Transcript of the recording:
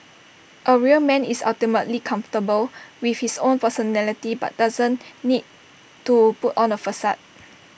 A real man is ultimately comfortable with his own personality and doesn't need to put on A facade